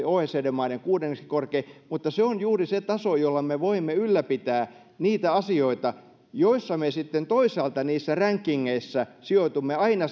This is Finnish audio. oecd maiden kuudenneksi korkein mutta se on juuri se taso jolla me voimme ylläpitää niitä asioita joissa me sitten toisaalta niissä rankingeissa sijoitumme aina